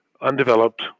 undeveloped